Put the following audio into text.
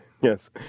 Yes